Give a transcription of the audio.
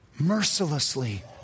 mercilessly